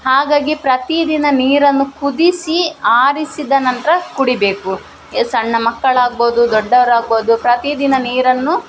ಹಾಗಾಗಿ ಪ್ರತಿದಿನ ನೀರನ್ನು ಕುದಿಸಿ ಆರಿಸಿದ ನಂತರ ಕುಡಿಯಬೇಕು ಈ ಸಣ್ಣ ಮಕ್ಕಳಾಗ್ಬೋದು ದೊಡ್ಡವರಾಗ್ಬೋದು ಪ್ರತಿದಿನ ನೀರನ್ನು